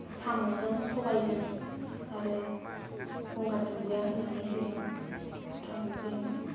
साम'जों सबायजों आरो गंगार दुन्दिया होनानै होयोमोन गोथाव मोनजायोमोन